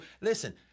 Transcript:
listen